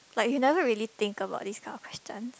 like you never really think about this kind of question